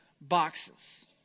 boxes